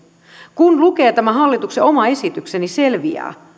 kun lukee tämän hallituksen oman esityksen selviää